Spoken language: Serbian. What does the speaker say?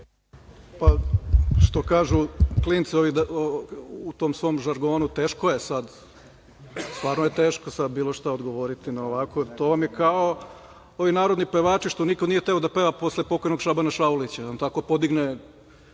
Što kažu, klinci u tom svom žargonu – teško je sad, stvarno je teško sad bilo šta odgovoriti na ovako. To vam je kao ovi narodni pevači što niko nije hteo da peva posle pokojnog Šabana Šaulića, jer on tako podigne